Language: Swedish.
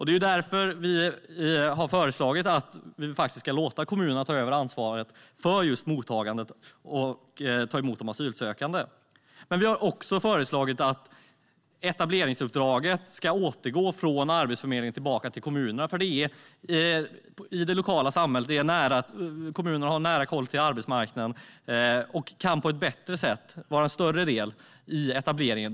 Det är därför vi har föreslagit att vi ska låta kommunerna ta över ansvaret för just mottagandet och ta emot de asylsökande. Vi har också föreslagit att etableringsuppdraget ska återgå från Arbetsförmedlingen till kommunerna. I det lokala samhället har kommunerna koll på arbetsmarknaden, och de kan på ett bättre sätt vara en större del i etableringen.